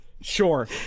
Sure